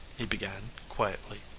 he began quietly.